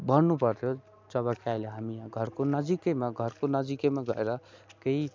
भन्नु पर्थ्यो जब कि अहिले हामी घरको नजिकैमा घरको नजिकैमा गएर केही